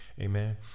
Amen